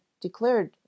declared